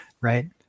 right